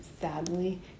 sadly